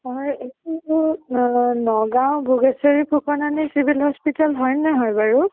অ এইটো Nagaon Bhogeswari Phukanani civil hospital হয় নহয় বাৰু